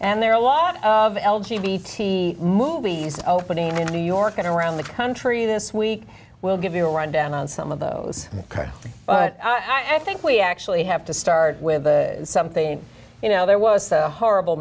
and there are a lot of l g b t movies opening in new york and around the country this week we'll give you a rundown on some of those but i think we actually have to start with something you know there was a horrible